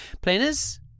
Planners